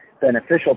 beneficial